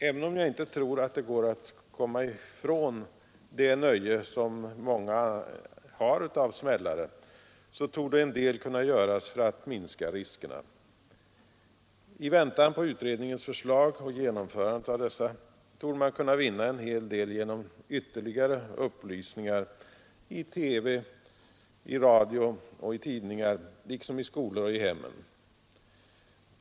Även om jag inte tror att det går att komma ifrån det nöje som många anser att smällare är, torde en del kunna göras för att minska riskerna. I väntan på utredningens förslag och genomförandet av dessa torde man kunna vinna en hel del genom ytterligare upplysningar i TV, radio och tidningar liksom i skolor och hemmen.